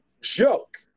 joke